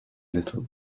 little